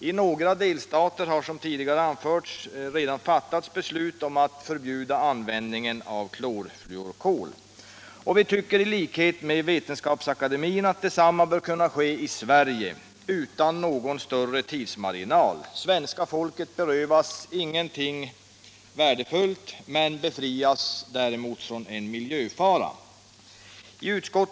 I några delstater i USA har, som tidigare anförts, redan fattats beslut om förbud mot användningen av klorfluorkol. Vi tycker i likhet med Vetenskapsakademien att detsamma bör kunna ske i Sverige utan någon större tidsmarginal. Svenska folket berövas ingenting värdefullt men befrias från en miljöfara.